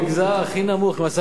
עם השכר הכי נמוך.